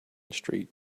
street